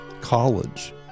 college